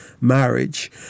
marriage